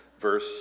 verse